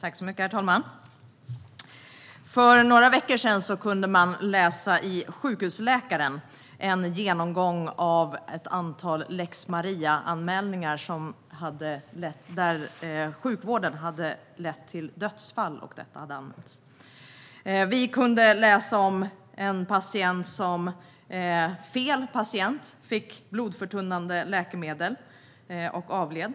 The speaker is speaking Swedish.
Herr talman! För några veckor sedan kunde vi i Sjukhusläkaren läsa en genomgång av ett antal lex Maria-anmälningar, där sjukvården hade lett till dödsfall och detta hade anmälts. Vi kunde läsa om ett fall där fel patient fick blodförtunnande läkemedel och denna patient avled.